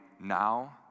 now